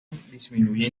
disminuye